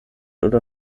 oder